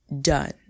done